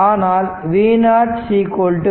ஆனால் V0 1